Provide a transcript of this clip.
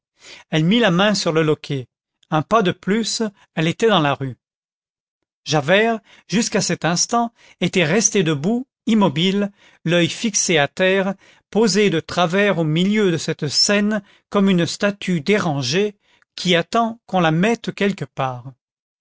elle mit la main sur le loquet un pas de plus elle était dans la rue javert jusqu'à cet instant était resté debout immobile l'oeil fixé à terre posé de travers au milieu de cette scène comme une statue dérangée qui attend qu'on la mette quelque part